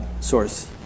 source